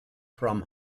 from